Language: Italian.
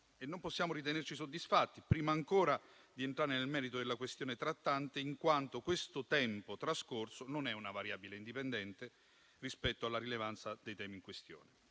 Non possiamo ritenerci soddisfatti, prima ancora di entrare nel merito della questione trattante, in quanto questo tempo trascorso non è una variabile indipendente rispetto alla rilevanza dei temi in questione.